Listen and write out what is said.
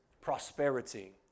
prosperity